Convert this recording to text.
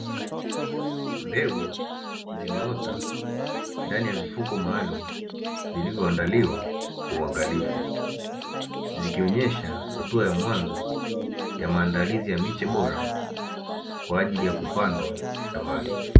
Mbegu zimeota ndani ya mifuko maalumu, vilivyoandaliwa kwa uangalifu, zikionesha hatua ya mwanzo ya maandalizi ya miche bora kwa ajili ya kupandwa shambani.